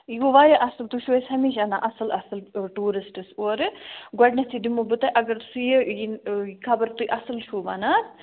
یہِ گوٚو واریاہ اَصٕل تُہۍ چھُو اَسۍ ہَمیشہِ اَنان اَصٕل اَصٕل ٹوٗرِسٹٕس اورٕ گۄڈنیٚتھٕے دِمو بہٕ تۅہہِ اگر سُہ یِیو یہِ خَبر تُہۍ اَصٕل چھُو وَنان